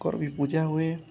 ଙ୍କର୍ ବି ପୂଜା ହୁଏ